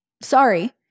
Sorry